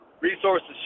resources